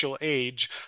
age